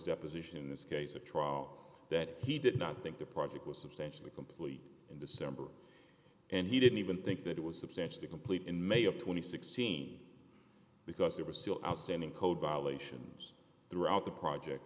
deposition in this case a trial that he did not think the project was substantially complete in december and he didn't even think that it was substantially complete in may of two thousand and sixteen because there were still outstanding code violations throughout the project